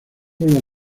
olas